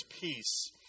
peace